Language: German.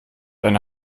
eine